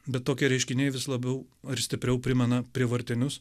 bet tokie reiškiniai vis labiau ar stipriau primena prievartinius